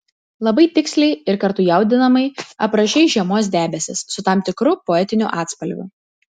labai tiksliai ir kartu jaudinamai aprašei žiemos debesis su tam tikru poetiniu atspalviu